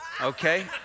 okay